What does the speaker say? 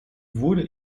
wurde